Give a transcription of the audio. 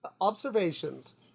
observations